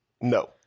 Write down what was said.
No